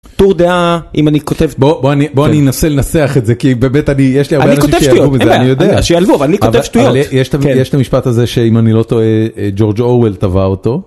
טור דעה אם אני כותב... בוא, בוא אני בוא אני אנסה לנסח את זה כי באמת אני... יש לי הרבה אנשים שייעלבו מזה... אני כותב שטויות, אין בעיה, שייעלבו, אבל אני כותב שטויות. יש את המשפט הזה שאם אני לא טועה, ג'ורג'ו אורוול טבע אותו.